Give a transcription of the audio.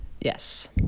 Yes